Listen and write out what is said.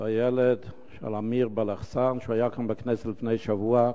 בילד אמיר בלחסן, שהיה כאן בכנסת לפני שבוע.